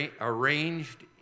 arranged